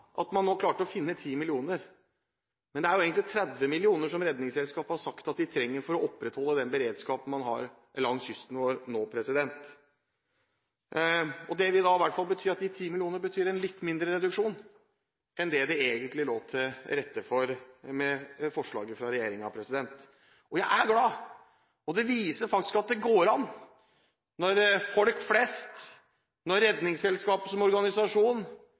at man nå klarte å finne 10 mill. kr. Men Redningsselskapet har sagt at de egentlig trenger 30 mill. kr for å opprettholde den beredskapen man nå har langs kysten vår. De 10 mill. kr betyr i hvert fall en litt mindre reduksjon enn det som det egentlig lå til rette for med forslaget fra Regjeringen. Det viser at når folk flest, når Redningsselskapet som organisasjon, når opposisjonen sammen og når også folk